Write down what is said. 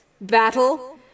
battle